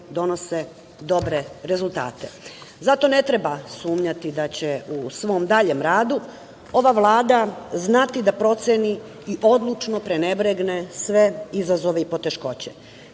donose dobre rezultate. Zato ne treba sumnjati da će u svom daljem radu ova Vlada znati da proceni i odlučno prenebregne sve izazove i poteškoće. Svi